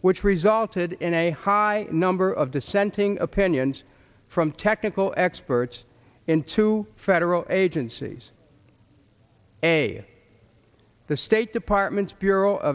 which resulted in a high number of dissenting opinions from technical experts in two federal agencies a the state department's bureau of